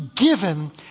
given